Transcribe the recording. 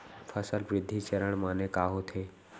फसल वृद्धि चरण माने का होथे?